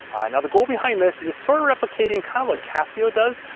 now the goal behind this is sort of replicating kind of like casio does.